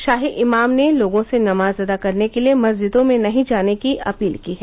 शाही इमाम ने लोगों से नमाज अदा करने के लिए मस्जिदों में नहीं जाने की अपील की है